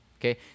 Okay